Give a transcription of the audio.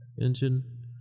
engine